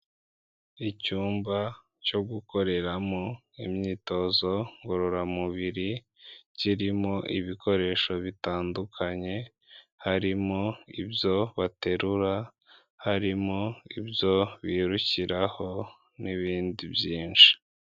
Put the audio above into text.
Icyumba cyo gukoreramo imyitozo ngororamubiri, kirimo ibikoresho bitandukanye, harimo ibyo baterura, harimo ibyo birukiraho n'ibindi byinshi.